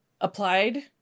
applied